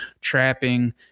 trapping